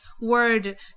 word